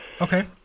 Okay